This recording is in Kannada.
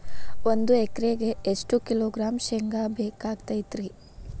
ಒಂದು ಎಕರೆಗೆ ಎಷ್ಟು ಕಿಲೋಗ್ರಾಂ ಶೇಂಗಾ ಬೇಕಾಗತೈತ್ರಿ?